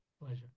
Pleasure